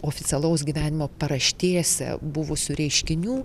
oficialaus gyvenimo paraštėse buvusių reiškinių